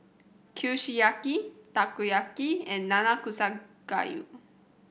Kushiyaki Takoyaki and Nanakusa Gayu